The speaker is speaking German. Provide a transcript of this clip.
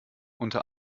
unter